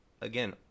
again